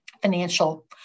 financial